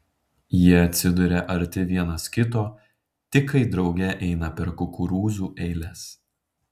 jie atsiduria arti vienas kito tik kai drauge eina per kukurūzų eiles